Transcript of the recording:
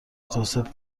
توسعه